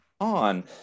on